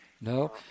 No